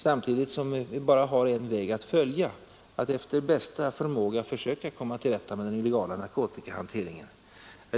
Samtidigt har vi bara en väg att följa: att efter bästa förmåga försöka komma till rätta med den illegala narkotikahanteringen.